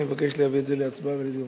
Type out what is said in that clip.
אני מבקש להביא את ההצעה להצבעה ולדיון בכנסת.